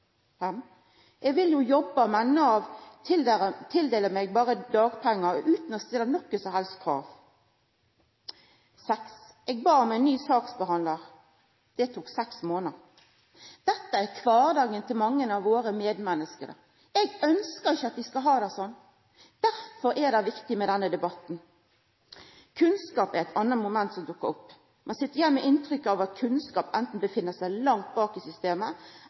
vil jo jobbe, men Nav tildeler meg dagpenger uten å stille noen krav.» «Jeg ba om en ny saksbehandler, det tok 6 mnd.» Dette er kvardagen til mange av våre medmenneske. Eg ønskjer ikkje at vi skal ha det sånn. Derfor er det viktig med denne debatten. Kunnskap er eit anna moment som dukkar opp. Ein sit igjen med eit inntrykk av at kunnskap anten ligg langt bak i systemet